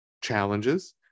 challenges